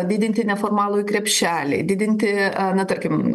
didinti neformalųjį krepšelį didinti na tarkim